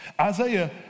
Isaiah